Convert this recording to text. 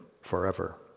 forever